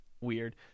weird